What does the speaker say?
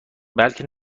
بلکه